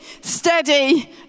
steady